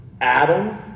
Adam